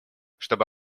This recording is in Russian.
чтобы